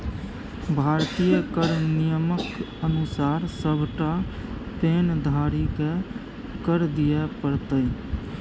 भारतीय कर नियमक अनुसार सभटा पैन धारीकेँ कर दिअ पड़तै